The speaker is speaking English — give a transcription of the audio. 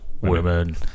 women